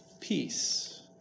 peace